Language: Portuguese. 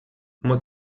uma